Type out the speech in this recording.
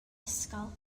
ysgol